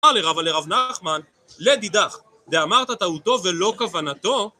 אבל לרב נחמן, לדידך, דאמרת טעותו ולא כוונתו